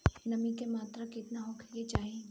नमी के मात्रा केतना होखे के चाही?